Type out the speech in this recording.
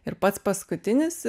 ir pats paskutinis